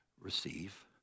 receive